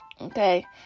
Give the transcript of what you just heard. Okay